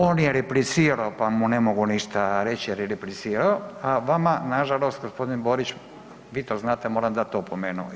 On je replicirao pa mu ne mogu ništa reći jer je replicirao, a vama nažalost g. Borić, vi to znate, moram dati opomenu.